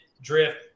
drift